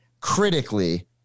critically